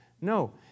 No